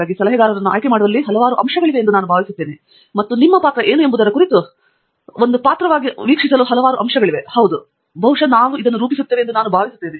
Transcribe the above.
ಹಾಗಾಗಿ ಸಲಹೆಗಾರರನ್ನು ಆಯ್ಕೆಮಾಡುವಲ್ಲಿ ಹಲವಾರು ಅಂಶಗಳಿವೆ ಎಂದು ಭಾವಿಸುತ್ತೇನೆ ಮತ್ತು ನಿಮ್ಮ ಪಾತ್ರ ಏನು ಎಂಬುದರ ಕುರಿತು ಒಂದು ಪಾತ್ರವಾಗಿ ವೀಕ್ಷಿಸಲು ಹಲವು ಅಂಶಗಳಿವೆ ಮತ್ತು ಹೌದು ನಾವು ಬಹುಶಃ ಇದನ್ನು ರೂಪಿಸುತ್ತೇವೆ ಎಂದು ನಾನು ಭಾವಿಸುತ್ತೇನೆ